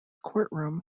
courtroom